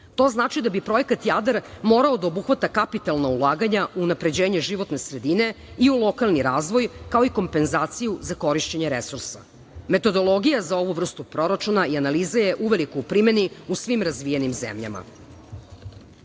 To znači da bi projekat Jadar morao da obuhvata kapitalna ulaganja u unapređenje životne sredine i u lokalni razvoj, kao i kompenzaciju za korišćenje resursa. Metodologija za ovu vrstu proračuna i analiza je uveliko u primeni u svim razvijenim zemljama. Rio